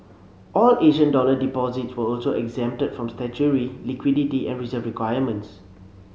all Asian dollar deposits were also exempted from statutory liquidity and reserve requirements